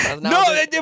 No